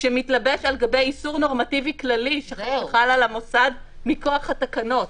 שמתלבש על גבי איסור נורמטיבי כללי שחל על המוסד מכוח התקנות.